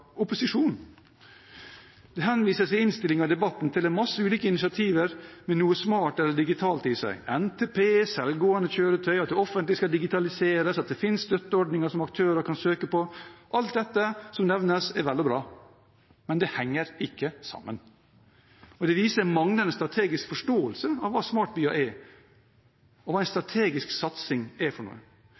opposisjonen. Det henvises i innstillingen og i debatten til en masse ulike initiativer med noe smart eller digitalt i seg: NTP, selvgående kjøretøy, at det offentlige skal digitaliseres, at det finnes støtteordninger som aktører kan søke på. Alt dette som nevnes, er vel og bra, men det henger ikke sammen, og det viser en manglende strategisk forståelse av hva smartbyer er, og hva en strategisk satsing er.